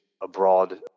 abroad